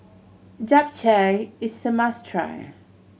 Japchae is a must try